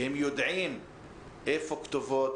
שהם יודעים את הכתובות,